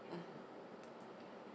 mm